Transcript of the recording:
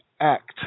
ACT